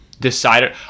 decided